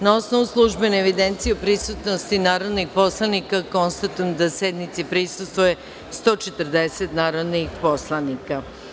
Na osnovu službene evidencije o prisutnosti narodnih poslanika konstatujem da sednici prisustvuje 140 narodnih poslanika.